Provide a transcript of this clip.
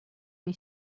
way